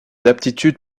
aptitudes